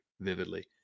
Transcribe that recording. vividly